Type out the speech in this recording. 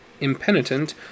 impenitent